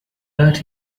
but